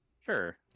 Sure